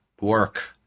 work